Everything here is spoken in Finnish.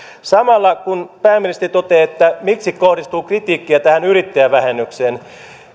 pääministeri toteaa että miksi kohdistuu kritiikkiä tähän yrittäjävähennykseen